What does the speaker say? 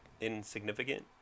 insignificant